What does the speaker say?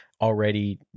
already